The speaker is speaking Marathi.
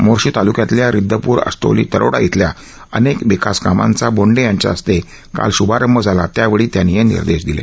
मोर्शी तालुक्यातल्या रिद्धप्र अष्टोली तरोडा इथल्या अनेक विकासकामांचा बोंडे यांच्या हस्ते काल श्भारंभ झाला त्यावेळी त्यांनी हे निर्देश दिले